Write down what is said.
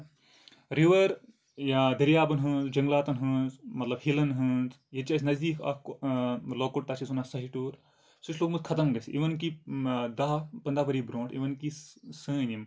river یا دٔریابَن ہٕنٛز یا جنٛگلاتن ہٕنٛز مطلب ہِلن ہٕنٛز ییٚتہِ چھِ أسۍ نزدیٖک اکھ لۄکُٹ تَتھ چھِ أسۍ وَنان صہہِ ٹوٗر سُہ چھُ لوٚگمُت ختم گژھنہِ اِوٕن کہِ دہ پنٛداہ ؤری برونٛٹھ اِوٕن کہِ سٲنۍ یِم